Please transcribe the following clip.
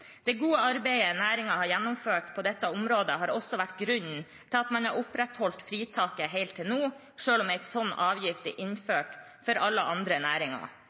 Det gode arbeidet næringen har gjennomført på dette området, har også vært grunnen til at man har opprettholdt fritaket helt til nå, selv om en slik avgift er innført for alle andre næringer.